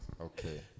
Okay